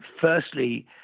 firstly